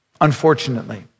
unfortunately